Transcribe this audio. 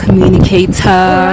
communicator